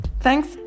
Thanks